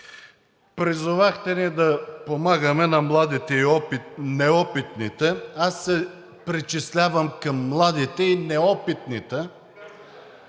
призовахте ни да помагаме на младите и неопитните, аз се причислявам към младите и неопитните